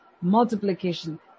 multiplication